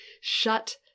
shut